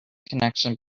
connection